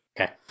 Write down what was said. Okay